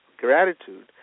gratitude